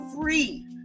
free